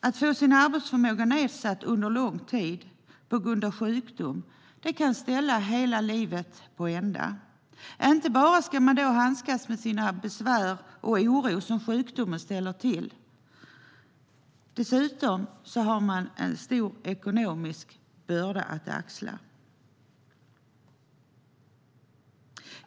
Att få sin arbetsförmåga nedsatt under lång tid på grund av sjukdom kan ställa ens hela liv på ända. Inte bara ska man handskas med de besvär och den oro som sjukdomen vållar, utan man har dessutom en stor ekonomisk börda att axla.